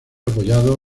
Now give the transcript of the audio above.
apoyado